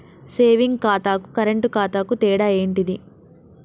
Saving ఖాతాకు current ఖాతాకు తేడా ఏంటిది?